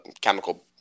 chemical